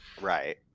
Right